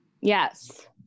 Yes